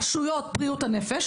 למערכות בריאות הנפש,